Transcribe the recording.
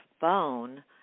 phone